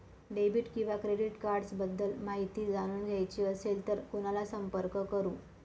Debit किंवा credit cards बद्दल माहिती जाणून घ्यायची असेल तर कोणाला संपर्क करु?